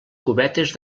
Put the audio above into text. cubetes